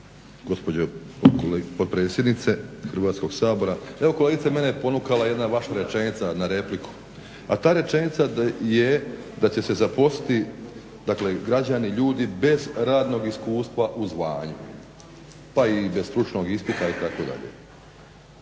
gospođo potpredsjednice Hrvatskog sabora. Evo kolegice mene je ponukala jedna vaša rečenica na repliku, a ta rečenica je da će se zaposliti građani, ljudi bez radnog iskustva u zvanju, pa i bez stručnog ispita itd.